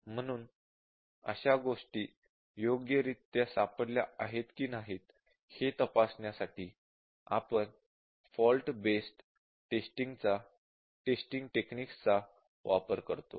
म्हणून अशा गोष्टी योग्यरित्या सापडल्या आहेत की नाही हे तपासण्यासाठी आपण फॉल्ट बेस्ड टेस्टिंग टेक्निक्स चा वापर करतो